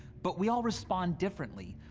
but we all respond differently.